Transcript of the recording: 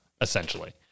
essentially